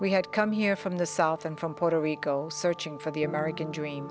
we had come here from the south and from puerto rico searching for the american dream